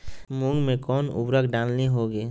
मूंग में कौन उर्वरक डालनी होगी?